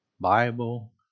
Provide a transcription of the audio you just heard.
Bible